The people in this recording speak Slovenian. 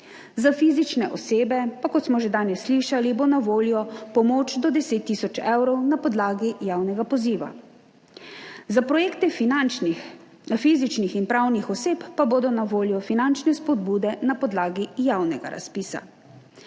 Za fizične osebe pa, kot smo že danes slišali, bo na voljo pomoč do 10 tisoč evrov na podlagi javnega poziva. Za projekte fizičnih in pravnih oseb pa bodo na voljo finančne spodbude na podlagi javnega razpisa.